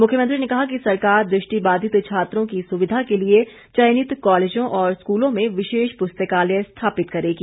मुख्यमंत्री ने कहा कि सरकार दृष्टिबाधित छात्रों की सुविधा के लिए चयनित कॉलेजों और स्कूलों में विशेष प्रस्तकालय स्थापित करेगी